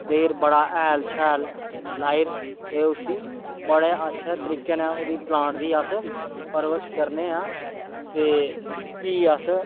ते बड़ा हैल शैल लाई उसी बड़े अच्छे तरीके नै ओह्दी प्लांट दी अस परवरिश करनेआं ते भी अस